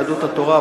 יהדות התורה,